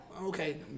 Okay